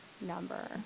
number